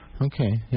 okay